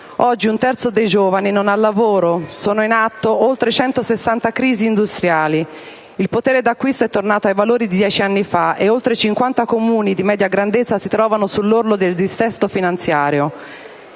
Oggi un terzo dei giovani non ha lavoro, e sono in atto oltre 160 crisi industriali. Il potere d'acquisto è tornato ai valori di dieci anni fa, e oltre cinquanta Comuni di media grandezza si trovano sull'orlo del dissesto finanziario.